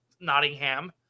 Nottingham